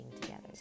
together